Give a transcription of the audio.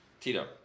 Tito